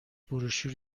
بروشور